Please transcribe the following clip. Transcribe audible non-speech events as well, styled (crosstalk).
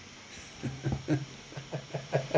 (laughs)